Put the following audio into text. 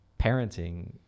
parenting